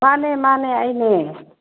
ꯃꯥꯅꯦ ꯃꯥꯅꯦ ꯑꯩꯅꯦ